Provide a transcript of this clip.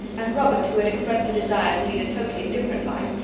and robert, who had expressed a desire to lead a totally different life,